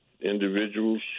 individuals